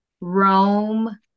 Rome